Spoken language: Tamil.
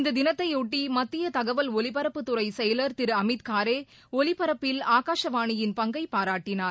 இந்த தினத்தையொட்டி மத்திய தகவல் ஒலிபரப்புத்துறை செயலர் திரு அமித் காரே ஒலிபரப்பில் ஆகாஷவாணியின் பங்கை பாராட்டினார்